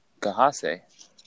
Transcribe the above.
Kahase